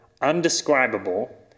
undescribable